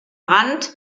rand